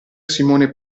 simone